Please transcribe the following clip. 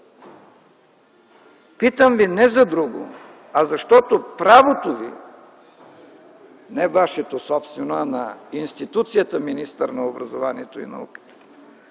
Питам Ви не за друго, а защото правото – не Вашето собствено, а на институцията министър на образованието и науката,